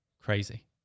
Crazy